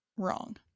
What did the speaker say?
wrong